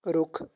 ਰੁੱਖ